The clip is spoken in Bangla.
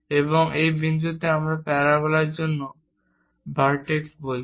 এবং এই বিন্দুটিকে আমরা প্যারাবোলার জন্য ভরটেক্স বলি